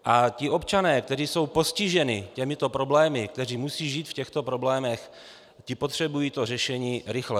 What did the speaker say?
A občané, kteří jsou postiženi těmito problémy, kteří musí žít v těchto problémech, ti potřebují řešení rychle.